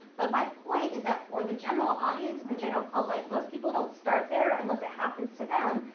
but my point is that for the general audience and the general public most people don't start there unless it happens to them.